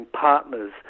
partners